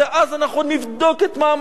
ואז אנחנו נבדוק את מעמד הפליט.